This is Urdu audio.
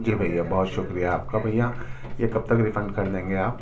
جی بھیا بہت شکریہ آپ کا بھیا یہ کب تک رفنڈ کردیں گے آپ